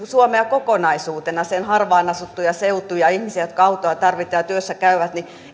suomea kokonaisuutena sen harvaan asuttuja seutuja ja ihmisiä jotka autoa tarvitsevat ja työssä käyvät